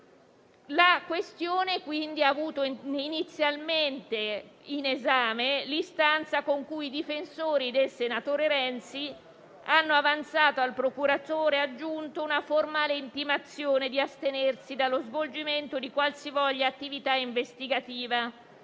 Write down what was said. La questione quindi ha avuto inizialmente in esame l'istanza con cui i difensori del senatore Renzi hanno avanzato al procuratore aggiunto una formale intimazione di astenersi dallo svolgimento di qualsivoglia attività investigativa,